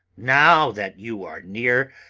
now that you are near,